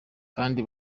kandi